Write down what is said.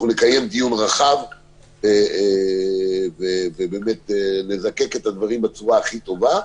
אנחנו נקיים דיון רחב ובאמת נזקק את הדברים בצורה הכי טובה.